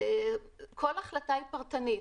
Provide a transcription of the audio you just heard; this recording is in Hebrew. כל החלטה היא פרטנית,